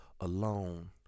alone